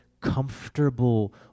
comfortable